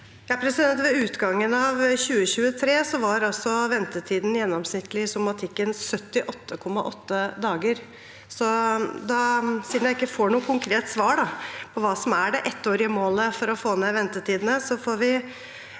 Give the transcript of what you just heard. Ved utgan- gen av 2023 var gjennomsnittlig ventetid i somatikken 78,8 dager. Siden jeg ikke får noe konkret svar på hva som er det ettårige målet for å få ned ventetidene,